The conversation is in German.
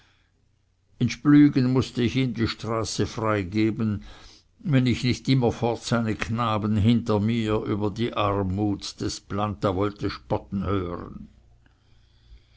in splügen mußte ich ihm die straße freigeben wenn ich nicht immerfort seine knaben hinter mir über die armut des planta wollte spotten hören